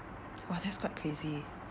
!wah! that's quite crazy